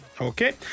Okay